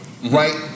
Right